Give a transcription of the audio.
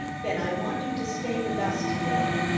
then i want you to stay with us to-day,